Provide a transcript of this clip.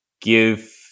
give